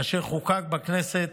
אשר חוקק בכנסת